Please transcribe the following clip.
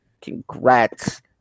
congrats